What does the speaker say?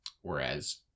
whereas